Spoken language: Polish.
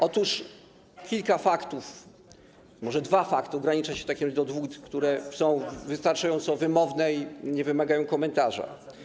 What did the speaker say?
Otóż kilka faktów, może dwa fakty, ograniczę się do dwóch, które są wystarczająco wymowne i nie wymagają komentarza.